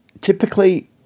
Typically